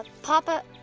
papa?